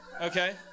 Okay